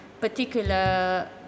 particular